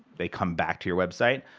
they come back to your website.